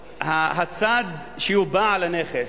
הצד שהוא בעל הנכס,